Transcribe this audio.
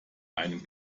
einem